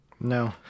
no